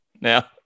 now